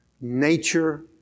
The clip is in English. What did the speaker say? Nature